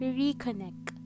reconnect